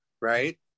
right